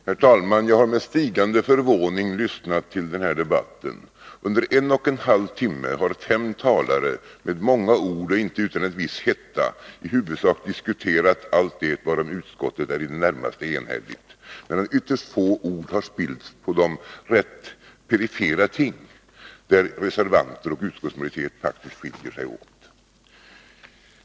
Herr talman! Jag har med stigande förvåning lyssnat till denna debatt. Under en och en halv timme har fem talare med många ord och inte utan en viss hetta i huvudsak diskuterat allt det varom utskottet är i det närmaste enhälligt, men ytterst få ord har spillts på de rätt perifera ting, där reservanter och utskottsmajoritet faktiskt skiljer sig åt.